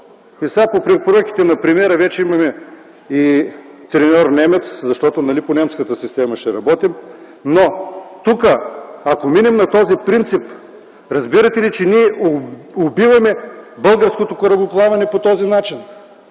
Сега по препоръките на премиера вече имаме и треньор немец, защото нали по немската система ще работим. Тук ако минем на този принцип, разбирате ли, че ние убиваме българското корабоплаване? Защо са